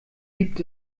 gibt